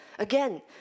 Again